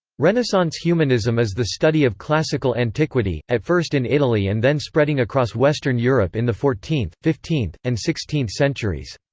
renaissance humanism is the study of classical antiquity, at first in italy and then spreading across western europe in the fourteenth, fifteenth, and sixteenth centuries.